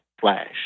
flash